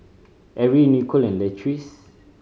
Erie Nicole and Leatrice